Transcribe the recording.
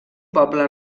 poble